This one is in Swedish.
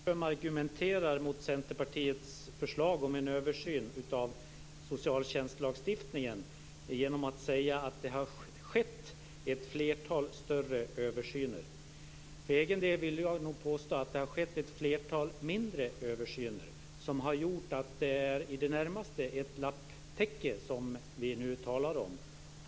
Fru talman! Elisebeht Markström argumenterar mot Centerpartiets förslag om en översyn av socialtjänstlagstiftningen genom att säga att det har skett ett flertal större översyner. För egen del vill jag nog påstå att det har skett ett flertal mindre översyner, som har gjort att det i det närmaste är ett lapptäcke som vi nu talar om.